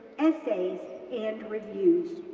essays, and reviews.